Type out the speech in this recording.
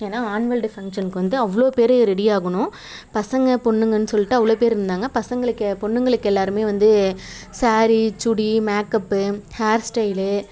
ஏன்னால் annual day ஃபங்ஷனுக்கு வந்துட்டு அவ்வளோ பேர் ரெடி ஆகணும் பசங்கள் பொண்ணுங்கன்னு சொல்லிட்டு அவ்வளோ பேர் இருந்தாங்க பசங்களுக்கு பொண்ணுங்களுக்கு எல்லாேருமே வந்து sari chudi makeup hair style